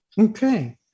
Okay